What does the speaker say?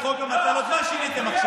את חוק המתנות כבר שיניתם עכשיו.